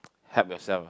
help yourself